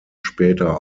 später